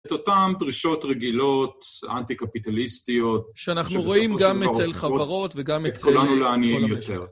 את אותן פרישות רגילות, אנטי-קפיטליסטיות, שאנחנו רואים גם אצל חברות וגם אצל כל המשרד.